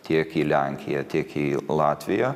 tiek į lenkiją tiek į latviją